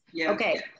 Okay